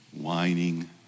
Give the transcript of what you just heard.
whining